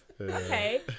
Okay